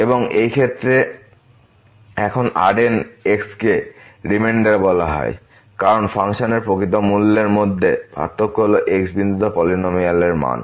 এবং এই ক্ষেত্রে এখন Rn কে রিমেইন্ডার বলা হয় কারণ ফাংশনের প্রকৃত মূল্যের মধ্যে পার্থক্য হল x বিন্দুতে পলিনমিয়াল মান